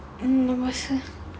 um